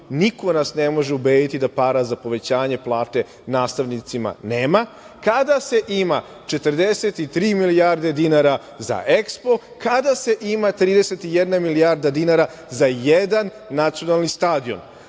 Niko nas ne može ubediti da para za povećanje plate nastavnicima nema, kada se ima 43 milijarde dinara za EKSPO, kada se ima 31 milijarda dinara za jedan nacionalni stadion.